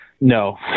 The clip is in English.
No